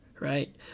right